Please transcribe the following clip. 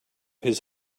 his